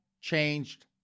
Changed